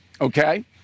okay